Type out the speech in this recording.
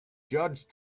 judge